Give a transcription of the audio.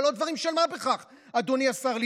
אלה לא דברים של מה בכך, אדוני השר ליצמן.